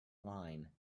line